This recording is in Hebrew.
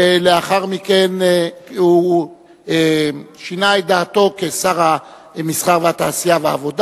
ולאחר מכן הוא שינה את דעתו כשר המסחר והתעשייה והעבודה.